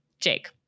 Jake